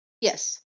yes